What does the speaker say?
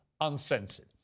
uncensored